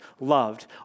loved